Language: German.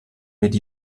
mit